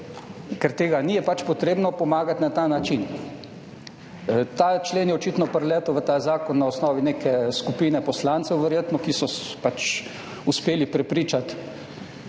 ker tega ni, je pač potrebno pomagati na ta način. Ta člen je očitno priletel v ta zakon na osnovi neke skupine poslancev verjetno, ki so pač uspeli prepričati